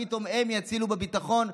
פתאום הם יצילו בביטחון.